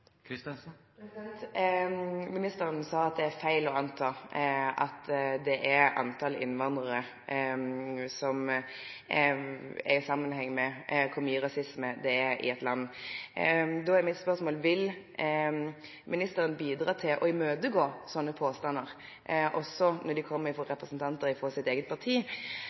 Ministeren sa at det er feil å anta at det er sammenheng mellom antall innvandrere og hvor mye rasisme det er i et land. Da er mitt spørsmål: Vil ministeren bidra til å imøtegå sånne påstander også når de kommer fra representanter fra hennes eget parti?